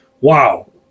wow